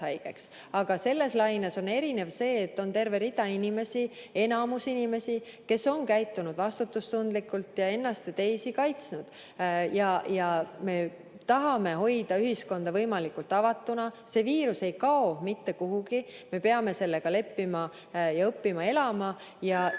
Aga selles laines on erinev see, et on terve rida inimesi, enamus inimesi, kes on käitunud vastutustundlikult ja ennast ja teisi kaitsnud. Me tahame hoida ühiskonda võimalikult avatuna. See viirus ei kao mitte kuhugi, me peame sellega leppima ja õppima sellega elama.